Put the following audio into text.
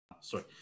Sorry